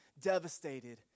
devastated